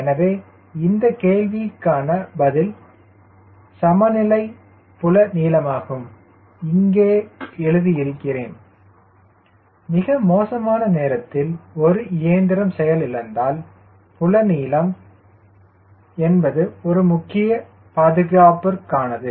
எனவே இந்தக் கேள்விக்கான பதில் சமநிலை புல நீளமாகும் இங்கே எழுதி இருக்கிறேன் மிக மோசமான நேரத்தில் ஒரு இயந்திரம் செயலிழந்தால் புல நீளம் என்பது வரும் முக்கிய பாதுகாப்பிற்கானது